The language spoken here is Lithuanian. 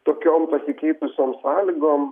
tokiom pasikeitusiom sąlygom